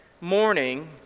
morning